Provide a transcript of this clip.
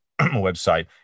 website